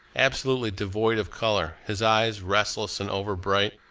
absolutely devoid of colour, his eyes, restless and overbright,